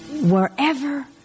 Wherever